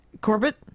Corbett